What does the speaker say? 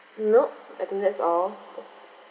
no I think that's all